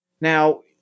Now